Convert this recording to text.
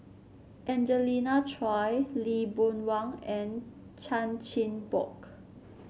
Angelina Choy Lee Boon Wang and Chan Chin Bock